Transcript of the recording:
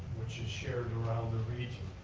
which is shared around the region.